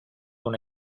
una